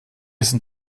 sind